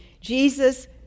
Jesus